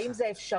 האם זה אפשרי?